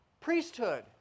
priesthood